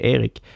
Erik